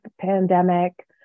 pandemic